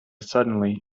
suddenly